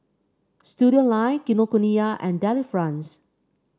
Studioline Kinokuniya and Delifrance